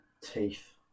teeth